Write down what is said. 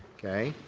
okay,